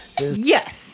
Yes